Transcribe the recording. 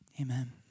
amen